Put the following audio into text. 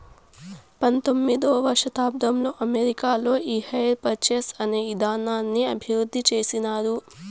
పంతొమ్మిదవ శతాబ్దంలో అమెరికాలో ఈ హైర్ పర్చేస్ అనే ఇదానాన్ని అభివృద్ధి చేసినారు